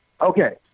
Okay